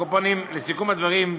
על כל פנים, לסיכום הדברים,